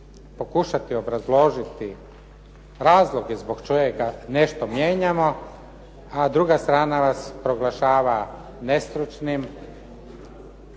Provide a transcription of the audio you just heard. pokušati obrazložiti razloge zbog čega nešto mijenjamo a druga strana vas proglašava nestručnim,